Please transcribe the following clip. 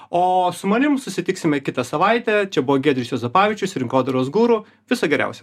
o su manim susitiksime kitą savaitę čia buvo giedrius juozapavičius rinkodaros guru viso geriausio